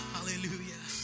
Hallelujah